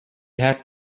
had